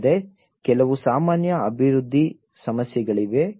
ಅಲ್ಲದೆ ಕೆಲವು ಸಾಮಾನ್ಯ ಅಭಿವೃದ್ಧಿ ಸಮಸ್ಯೆಗಳಿವೆ